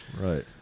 Right